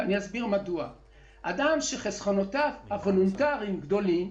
כי אדם שחסכונותיו הוולונטריים גדולים,